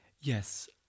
Yes